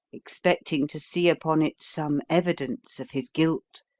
expecting to see upon it some evidence of his guilt,